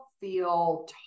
feel